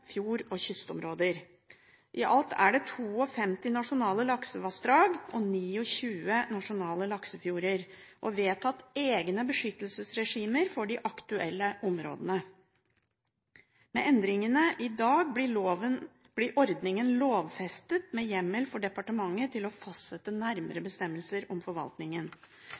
fjord- og kystområder. I alt er det 52 nasjonale laksevassdrag og 29 nasjonale laksefjorder, og det er vedtatt egne beskyttelsesregimer for de aktuelle områdene. Med endringene i dag blir ordningen lovfestet, med hjemmel for departementet til å fastsette nærmere bestemmelser om forvaltningen.